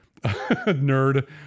nerd